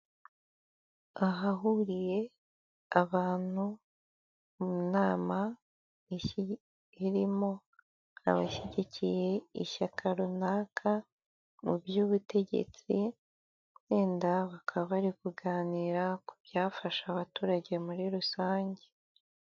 Ahahuriye abantu mu nama irimo abashyigikiye ishyaka runaka mu by'ubutegetsi, wenda bakaba bari kuganira ku byafasha abaturage muri rusange.